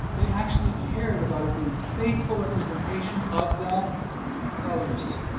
they actually cared about it being a faithful representation of the colors.